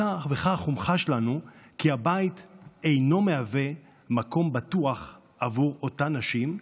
כך הומחש לנו כי הבית אינו מהווה מקום בטוח עבור אותן נשים,